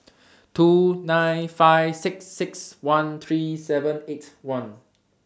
two nine five six six one three seven eight one